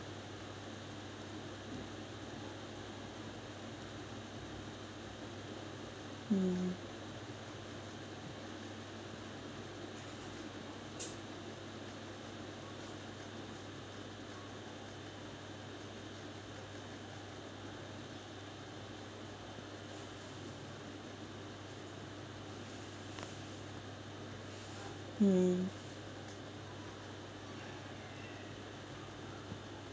mm mm